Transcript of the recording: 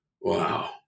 Wow